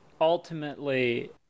ultimately